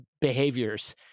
Behaviors